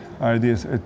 ideas